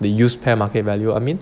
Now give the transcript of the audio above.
the use pair market value I mean